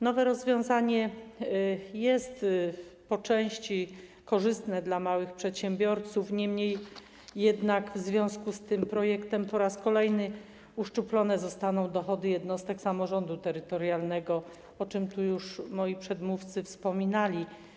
Nowe rozwiązanie jest po części korzystne dla małych przedsiębiorców, niemniej jednak w związku z tym projektem po raz kolejny uszczuplone zostaną dochody jednostek samorządu terytorialnego, o czym moi przedmówcy już wspominali.